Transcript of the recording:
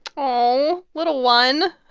oh, little one.